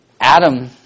Adam